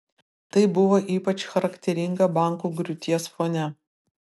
tai buvo ypač charakteringa bankų griūties fone